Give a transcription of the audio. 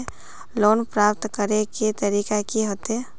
Loan प्राप्त करे के तरीका की होते?